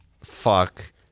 Fuck